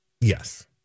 Yes